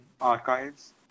Archives